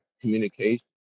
communication